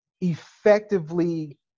effectively